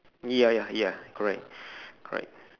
ya ya ya correct correct